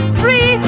free